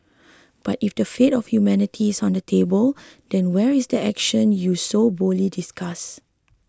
but if the fate of humanity is on the table then where is the action you so boldly discuss